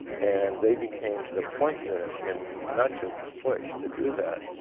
and they became the point unit in much of the push to do that.